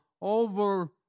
over